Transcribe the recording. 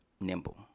nimble